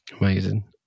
Amazing